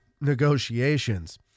negotiations